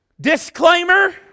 Disclaimer